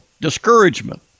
discouragement